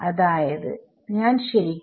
അതായത് ഞാൻ ശരിക്കും